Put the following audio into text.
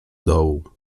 dołu